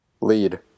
Lead